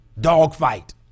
Dogfight